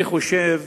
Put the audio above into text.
אני חושב